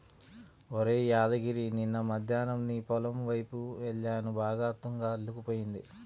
ఒరేయ్ యాదగిరి నిన్న మద్దేన్నం నీ పొలం వైపు యెల్లాను బాగా తుంగ అల్లుకుపోయింది